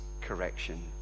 correction